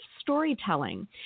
storytelling